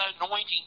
anointing